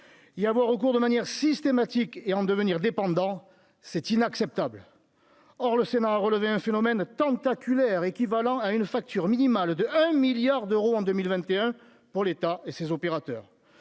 y avoir recours de manière systématique et en devenir dépendants, c'est inacceptable, or, le Sénat a relevé un phénomène tentaculaire équivalent à une facture minimale de 1 milliard d'euros en 2021 pour l'État et ses opérateurs